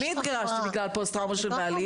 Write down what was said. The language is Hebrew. אני התגרשתי בגלל פוסט-טראומה של בעלי